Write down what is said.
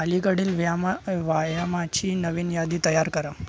अलीकडील व्यायामा व्यायामांची नवी यादी तयार कर